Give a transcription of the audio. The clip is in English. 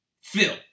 Phil